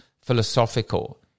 philosophical